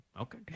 Okay